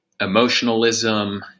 emotionalism